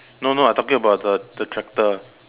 no no I talking about the the tractor